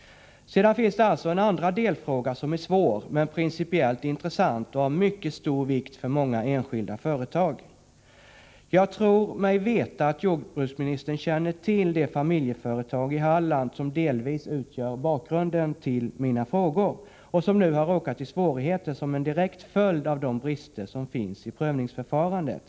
Sedan finns det en andra delfråga som är svår men principiellt intressant och av mycket stor vikt för många enskilda företag. Jag tror mig veta att jordbruksministern känner till det familjeföretag i Halland som jag avser och som i viss utsträckning utgör bakgrunden till att jag frågar. Nu har företaget råkat i svårigheter som en direkt följd av de brister som finns i fråga om prövningsförfarandet.